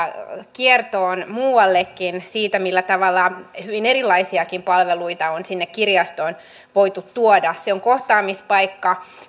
kiertoon muuallekin siitä millä tavalla hyvin erilaisiakin palveluita on sinne kirjastoon voitu tuoda se on kohtaamispaikka